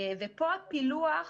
ופה הפילוח